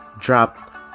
drop